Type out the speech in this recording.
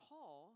Paul